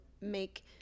make